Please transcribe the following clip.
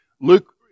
Luke